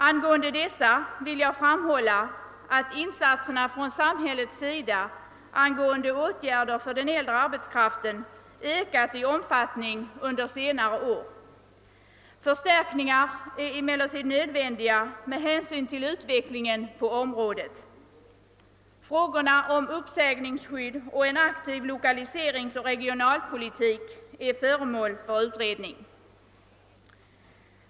Angående dessa vill jag framhålla att insatserna från samhällets sida i form av åtgärder för den äldre arbetskraften ökat i omfattning under senare år. Förstärkningar är emellertid nödvändiga med hänsyn till utvecklingen på området. Frågorna om uppsägningsskydd och en aktiv lokaliseringsoch regionalpolitik är föremål för utredning.